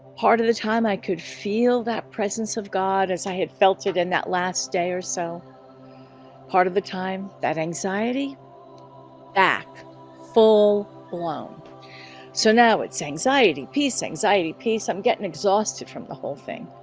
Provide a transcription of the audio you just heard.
part of the time i could, feel that presence of god as i had felt it in that last day or so part of the time that anxiety back full-blown so now it's anxiety peace anxiety peace i'm getting exhausted from the whole thing